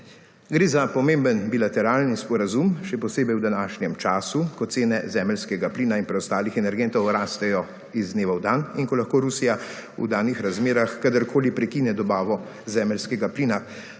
Gre za pomemben bilateralni sporazum še posebej v današnjem času, ko cene zemeljskega plina in preostalih energentov rastejo iz dneva v dan in ko lahko Rusija v danih razmerah kadarkoli prekine dobavo zemeljskega plina,